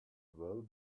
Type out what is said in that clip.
well